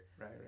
Right